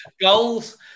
Goals